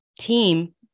team